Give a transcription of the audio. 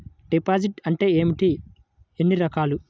Deposit అంటే ఏమిటీ ఎన్ని రకాలు?